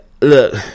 look